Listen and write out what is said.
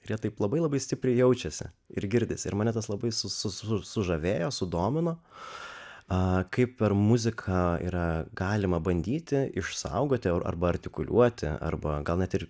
retai labai labai stipriai jaučiasi ir girdisi ir mane tas labai su su sužavėjo sudomino kaip per muziką yra galima bandyti išsaugoti ar arba artikuliuoti arba gal net ir